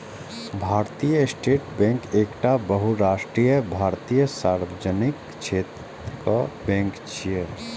भारतीय state bank एकटा बहुराष्ट्रीय भारतीय सार्वजनिक क्षेत्रक बैंक छियै